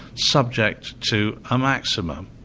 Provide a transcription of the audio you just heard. subject to a maximum.